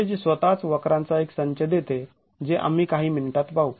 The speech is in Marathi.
पेज स्वतःच वक्रांचा एक संच देते जे आम्ही काही मिनिटात पाहू